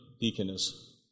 deaconess